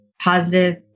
positive